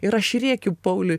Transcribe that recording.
ir aš rėkiu pauliui